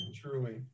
truly